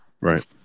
Right